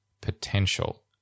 potential